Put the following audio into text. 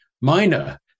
minor